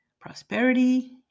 Prosperity